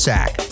Sack